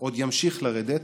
עוד ימשיך לרדת.